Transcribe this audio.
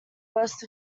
worst